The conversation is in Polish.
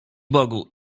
bogu